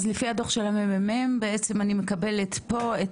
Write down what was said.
אז לפי הדוח של הממ"מ בעצם אני מקבלת פה את